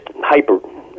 hyper-